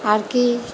আর কি